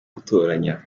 gutoranya